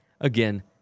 Again